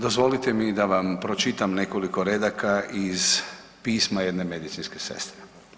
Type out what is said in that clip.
Dozvolite mi da vam pročitam nekoliko redaka iz pisma jedne medicinske sestre.